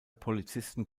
polizisten